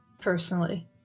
personally